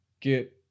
get